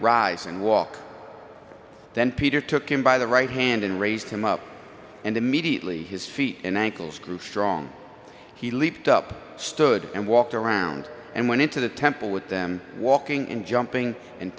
and walk then peter took him by the right hand and raised him up and immediately his feet and ankles grew strong he leapt up stood and walked around and went into the temple with them walking and jumping and